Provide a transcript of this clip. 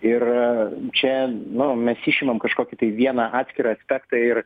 ir čia nu mes išimam kažkokį tai vieną atskirą aspektą ir